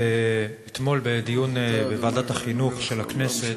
אתמול בדיון בוועדת החינוך של הכנסת